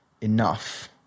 enough